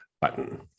button